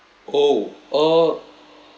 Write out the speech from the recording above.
oh oh